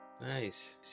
Nice